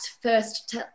first